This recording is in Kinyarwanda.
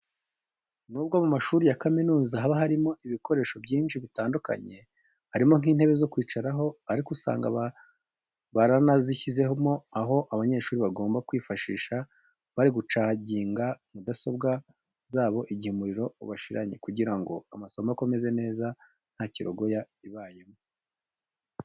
Nubwo mu mashuri ya kaminuza haba harimo ibikoresho byinshi bitandukanye, harimo nk'intebe zo kwicaraho, ariko usanga baranashyizemo aho abanyeshuri bagomba kwifashisha bari gucaginga mudasobwa zabo igihe umuriro ubashiranye kugira amasomo akomeze neza nta kirogoya ibayemo.